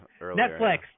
Netflix